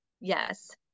yes